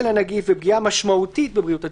הנגיף ופגיעה משמעותית בבריאות הציבור?